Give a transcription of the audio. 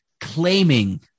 claiming